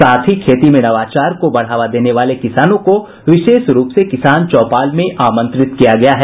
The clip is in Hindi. साथ ही खेती में नवाचार को बढ़ावा देने वाले किसानों को विशेष रूप से किसान चौपाल में आमंत्रित किया गया है